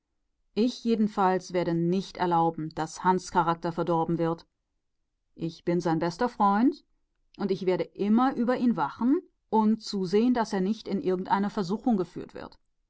ich werde es nie erlauben daß hansens charakter verdorben werde ich bin sein bester freund und werde immer über ihn wachen und darauf sehen daß er in keinerlei versuchung geführt wird